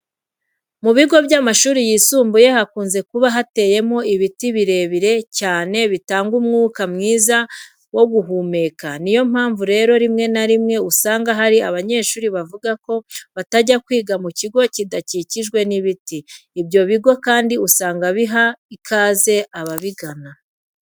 Mu bigo by'amashuri yisumbuye hakunze kuba hateyemo ibiti birebire cyane bitanga umwuka mwiza wo guhumeka. Ni yo mpamvu rero rimwe na rimwe usanga hari abanyeshuri bavuga ko batajya kwiga mu kigo kidakikijwe n'ibiti. Ibyo bigo kandi usanga biha ikaze ababigana.